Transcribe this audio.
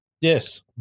Yes